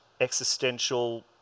existential